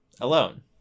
alone